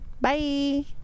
Bye